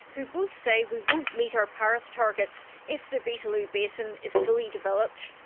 who both say we won't meet our paris targets if the beetaloo basin is fully developed.